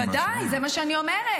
בוודאי, זה מה שאני אומרת.